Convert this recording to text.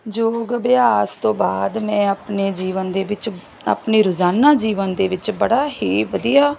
ਯੋਗ ਅਭਿਆਸ ਤੋਂ ਬਾਅਦ ਮੈਂ ਆਪਣੇ ਜੀਵਨ ਦੇ ਵਿੱਚ ਆਪਣੇ ਰੋਜ਼ਾਨਾ ਜੀਵਨ ਦੇ ਵਿੱਚ ਬੜਾ ਹੀ ਵਧੀਆ